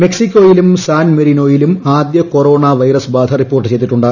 മെക്സിക്കോയിലും സാൻമെറിനോയിലും ആദ്യ corona virus ബാധ റിപ്പോർട്ട് ചെയ്തിട്ടുണ്ട്